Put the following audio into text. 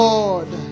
Lord